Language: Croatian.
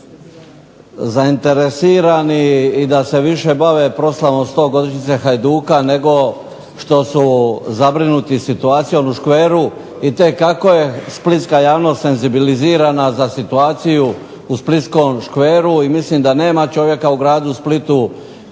zainteresirani i da se više bave proslavom 100-godišnjice Hajduka, nego što su zabrinuti situacijom u škveru. Itekako je splitska javnost senzibilizirana za situaciju u splitskom škveru, i mislim da nema čovjeka u gradu Splitu